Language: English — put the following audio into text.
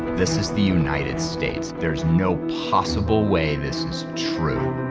this is the united states, there's no possible way this is true